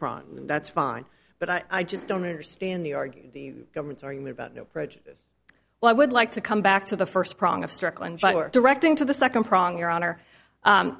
problem that's fine but i just don't understand the argue the government's argument about no prejudice well i would like to come back to the first prong of strickland directing to the second prong your honor